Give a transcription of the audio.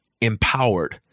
empowered